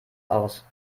aus